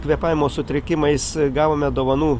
kvėpavimo sutrikimais gavome dovanų